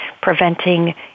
preventing